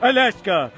Alaska